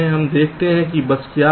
हम देखते हैं कि बस क्या है